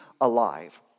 alive